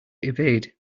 evade